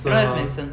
that one is medicine